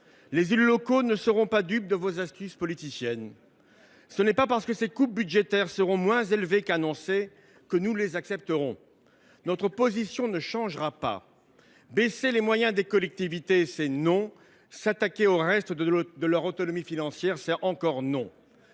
les élus locaux ne sont pas dupes de vos astuces politiciennes. Ce n’est pas parce que ces coupes budgétaires seront moins élevées qu’annoncé que nous les accepterons. Notre position ne changera pas : baisser les moyens des collectivités, c’est non ; s’attaquer au reste de leur autonomie financière, c’est encore non,